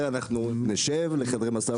אנחנו נשב, ננהל משא ומתן.